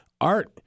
art